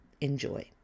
Enjoy